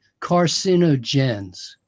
carcinogens